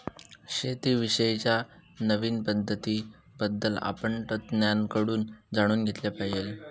शेती विषयी च्या नवीन पद्धतीं बद्दल आपण तज्ञांकडून जाणून घेतले पाहिजे